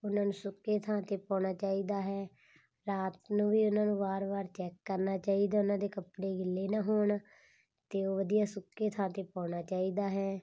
ਉਹਨਾਂ ਨੂੰ ਸੁੱਕੀ ਥਾਂ 'ਤੇ ਪਾਉਣਾ ਚਾਹੀਦਾ ਹੈ ਰਾਤ ਨੂੰ ਵੀ ਉਹਨਾਂ ਨੂੰ ਵਾਰ ਵਾਰ ਚੈੱਕ ਕਰਨਾ ਚਾਹੀਦਾ ਉਹਨਾਂ ਦੇ ਕੱਪੜੇ ਗਿੱਲੇ ਨਾ ਹੋਣ ਅਤੇ ਉਹ ਵਧੀਆ ਸੁੱਕੇ ਥਾਂ 'ਤੇ ਪਾਉਣਾ ਚਾਹੀਦਾ ਹੈ